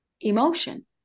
emotion